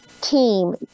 team